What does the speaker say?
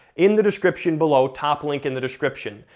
in the description below, top link in the description.